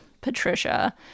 Patricia